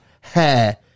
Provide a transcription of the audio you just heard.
hair